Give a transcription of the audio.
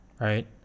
right